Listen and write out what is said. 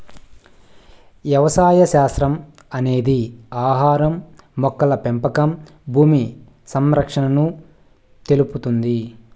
వ్యవసాయ శాస్త్రం అనేది ఆహారం, మొక్కల పెంపకం భూమి సంరక్షణను తెలుపుతుంది